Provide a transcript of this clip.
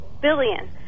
billion